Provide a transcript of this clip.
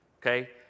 Okay